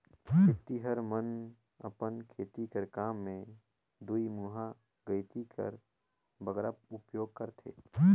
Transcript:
खेतिहर मन अपन खेती कर काम मे दुईमुहा गइती कर बगरा उपियोग करथे